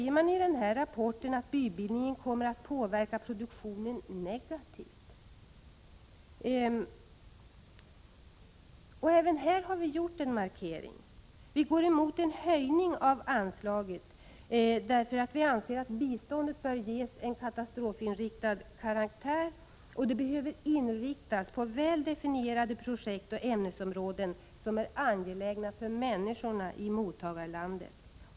I rapporten sägs det också att bybildningen kommer att påverka produktionen negativt. Även här har vi gjort en markering. Vi är nämligen emot en höjning av anslaget, därför att vi anser att biståndet bör ha en katastrofinriktad karaktär. Vidare behöver det inriktas på väl definierade projekt och ämnesområden som är angelägna för människorna i mottagarlandet.